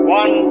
one